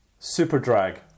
Superdrag